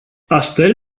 astfel